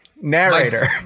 narrator